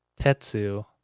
Tetsu